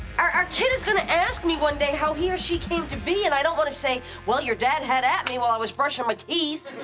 our our kid is gonna ask me one day how he or she came to be and i don't want to say, well, your dad had at me while i was brushing my teeth.